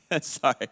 Sorry